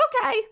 okay